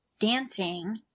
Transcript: dancing